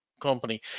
company